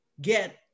get